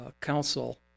council